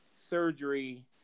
surgery